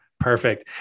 Perfect